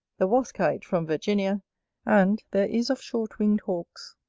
the waskite from virginia and there is of short-winged hawks,